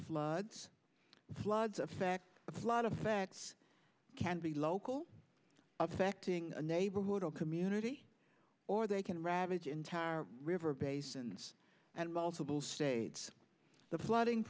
floods floods affect a lot of facts can be local affecting a neighborhood or community or they can ravage entire river basins and multiple states the flooding